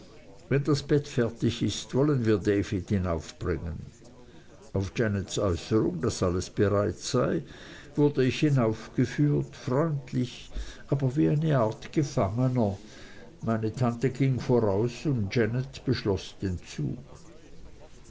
wenn das bett fertig ist wollen wir david hinaufbringen auf janets äußerung daß alles bereit sei wurde ich hinaufgeführt freundlich aber wie eine art gefangener meine tante ging voraus und janet beschloß den zug